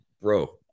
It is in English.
bro